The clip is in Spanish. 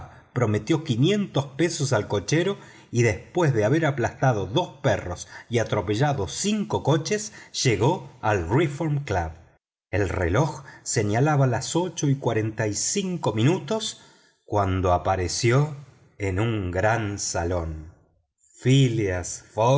prometió cien libras al cochero y después de haber aplastado dos perros y atropellado cinco coches llegó al reform club el reloj señalaba las ocho y cuarenta y cinco minutos cuando apareció en un gran salón phileas